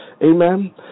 Amen